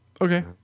Okay